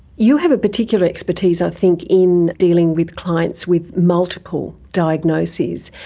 you have a particular expertise i think in dealing with clients with multiple diagnoses.